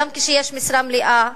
גם כשיש משרה מלאה.